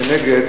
מי שנגד,